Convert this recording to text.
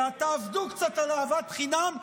הקואליציה ותעבדו קצת על אהבת חינם.